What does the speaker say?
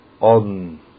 on